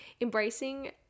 embracing